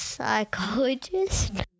Psychologist